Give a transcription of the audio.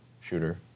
shooter